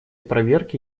проверки